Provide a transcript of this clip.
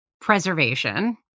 preservation